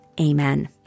Amen